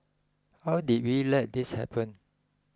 how did we let this happen